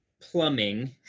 plumbing